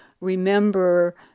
remember